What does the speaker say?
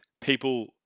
people